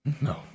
No